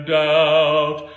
doubt